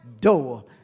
door